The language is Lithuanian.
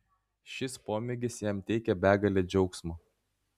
šis pomėgis jam teikia begalę džiaugsmo